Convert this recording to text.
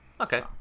Okay